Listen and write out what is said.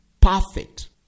perfect